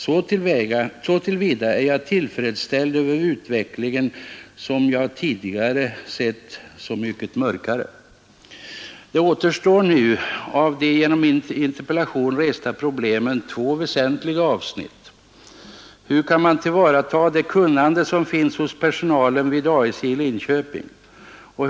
Så till vida är jag tillfredsställd med utvecklingen, som jag tidigare sett så mycket mörkare. Av de genom min interpellation resta problemen återstår nu två väsentliga avsnitt: 1. Hur kan man tillvarata det kunnande som finns hos personalen vid ASJ i Linköping? 2.